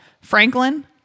Franklin